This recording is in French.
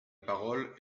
parole